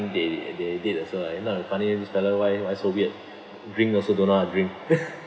they they they did also you know funny this fella why why so weird drink also don't know how to drink